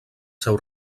seu